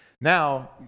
now